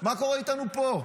מה קורה איתנו פה?